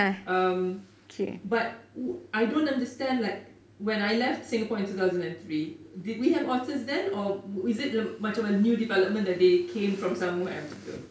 um but I don't understand like when I left singapore in two thousand and three did we have otters then or is it macam a new development that they came from somewhere